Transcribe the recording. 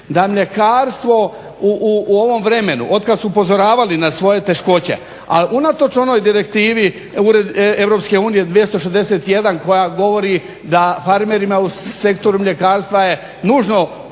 da mljekarstvo u ovom vremenu otkad su upozoravali na svoje teškoće ali unatoč onoj Direktivi EU 261 koja govori da farmerima u sektoru mljekarstva je nužno osigurati